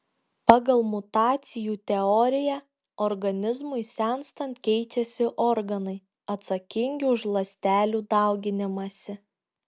pagal mutacijų teoriją organizmui senstant keičiasi organai atsakingi už ląstelių dauginimąsi